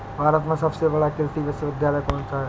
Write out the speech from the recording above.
भारत में सबसे बड़ा कृषि विश्वविद्यालय कौनसा है?